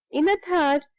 in a third,